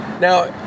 Now